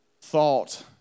thought